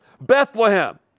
Bethlehem